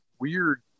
weird